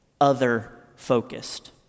other-focused